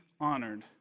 honored